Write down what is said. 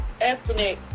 ethnic